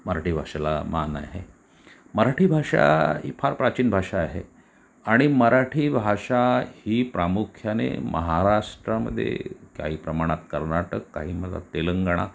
मराठी भाषेला मान आहे मराठी भाषा ही फार प्राचीन भाषा आहे आणि मराठी भाषा ही प्रामुख्याने महाराष्ट्रामध्ये काही प्रमाणात कर्नाटक काही मलं तेलंगणा